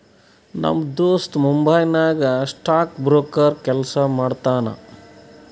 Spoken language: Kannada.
ನಮ್ ದೋಸ್ತ ಮುಂಬೈ ನಾಗ್ ಸ್ಟಾಕ್ ಬ್ರೋಕರ್ ಕೆಲ್ಸಾ ಮಾಡ್ತಾನ